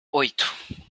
oito